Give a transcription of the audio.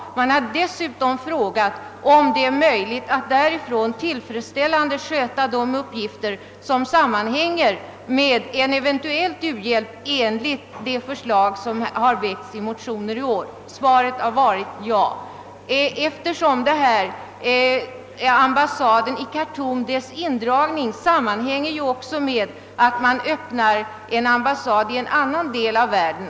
Man har dessutom frågat, huruvida det är möjligt att därifrån tillfredsställande sköta de uppgifter som sammanhänger med en eventuell u-hjälp enligt det förslag som väckts i motioner i år. Även svaret på den frågan har blivit ja. Frågan om indragningen av ambassaden i Khartoum sammanhänger också med att man öppnar en ambassad i en annan del av världen.